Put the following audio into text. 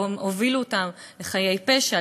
גם הובילו אותם לחיי פשע,